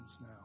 now